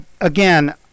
again